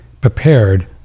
prepared